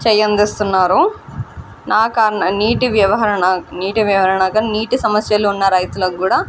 చెయ్యి అందిస్తున్నారు నా కరణ నీటి వ్యవహరణ నీటి వ్యవహరణగా నీటి సమస్యలున్న రైతులకు కూడా